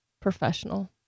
professional